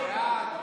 חברי הכנסת)